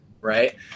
right